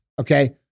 Okay